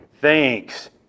thanks